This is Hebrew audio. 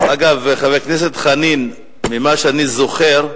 אגב, חבר הכנסת חנין, ממה שאני זוכר,